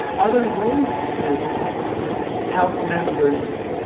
other ways to help members